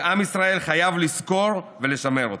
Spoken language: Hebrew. ועם ישראל חייב לזכור ולשמר אותו.